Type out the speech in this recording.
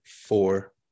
four